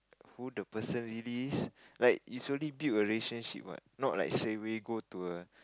who the person really is like it's already build a relationship what not straightaway go to a